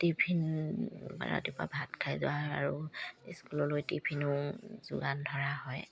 tiffin ৰাতিপুৱা ভাত খাই যোৱা হয় আৰু স্কুললৈ টিফিনো যোগান ধৰা হয়